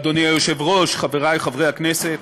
אדוני היושב-ראש, חבריי חברי הכנסת,